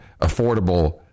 Affordable